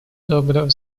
доброго